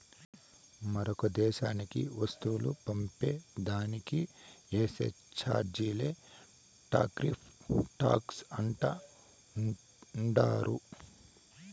మరో దేశానికి వస్తువులు పంపే దానికి ఏసే చార్జీలే టార్రిఫ్ టాక్స్ అంటా ఉండారు